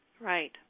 Right